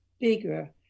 bigger